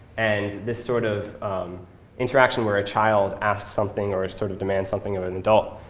and this sort of interaction, where a child asks something or ah sort of demands something of an adult,